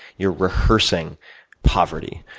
you're rehearsing poverty,